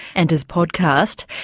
and as podcast.